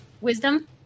Wisdom